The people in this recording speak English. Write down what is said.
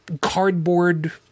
cardboard